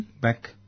Back